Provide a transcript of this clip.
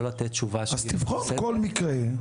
לתת תשובה שהיא --- אז תבחן כל מקרה,